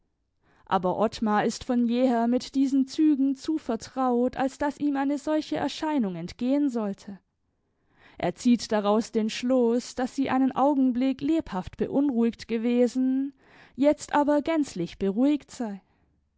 aber ottmar ist von jeher mit diesen zügen zu vertraut als daß ihm eine solche erscheinung entgehen sollte er zieht daraus den schluß daß sie einen augenblick lebhaft beunruhigt gewesen jetzt aber gänzlich beruhigt sei